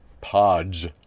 pods